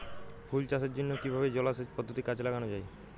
ফুল চাষের জন্য কিভাবে জলাসেচ পদ্ধতি কাজে লাগানো যাই?